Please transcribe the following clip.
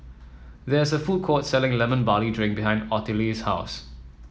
there is a food court selling Lemon Barley Drink behind Ottilie's house